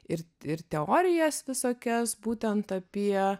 ir ir ir teorijas visokias būtent apie